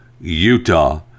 Utah